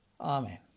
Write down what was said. Amen